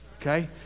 Okay